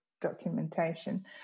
documentation